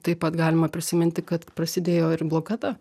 taip pat galima prisiminti kad prasidėjo ir blokada